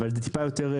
אבל זה קצת יותר מורכב.